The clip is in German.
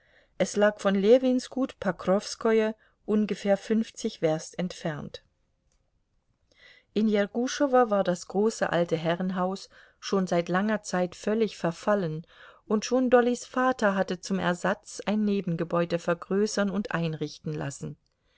es lag von ljewins gut pokrowskoje ungefähr fünfzig werst entfernt in jerguschowo war das große alte herrenhaus schon seit langer zeit völlig verfallen und schon dollys vater hatte zum ersatz ein nebengebäude vergrößern und einrichten lassen